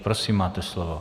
Prosím, máte slovo.